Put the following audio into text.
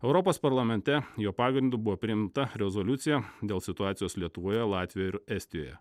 europos parlamente jo pagrindu buvo priimta rezoliucija dėl situacijos lietuvoje latvijoje ir estijoje